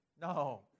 No